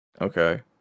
okay